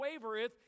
wavereth